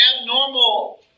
abnormal